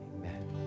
Amen